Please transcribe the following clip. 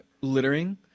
littering